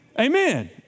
Amen